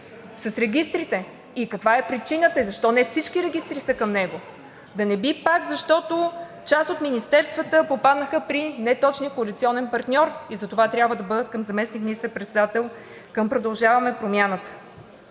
С регистрите! И каква е причината, и защо не всички регистри са към него?! Да не би пак, защото част от министерствата попаднаха при неточния коалиционен партньор и затова трябва да бъдат към заместник министър-председател към „Продължаваме Промяната“?!